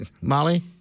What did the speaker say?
Molly